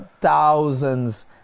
thousands